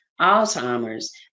alzheimer's